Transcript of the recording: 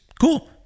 cool